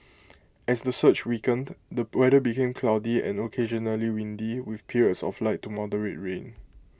as the surge weakened the weather became cloudy and occasionally windy with periods of light to moderate rain